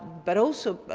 but also,